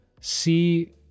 see